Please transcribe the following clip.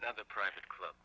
another private club